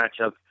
matchup